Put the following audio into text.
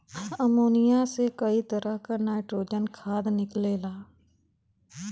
ammonia से कई तरह क नाइट्रोजन खाद निकलेला